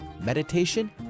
meditation